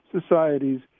societies